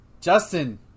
Justin